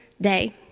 day